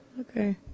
okay